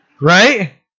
Right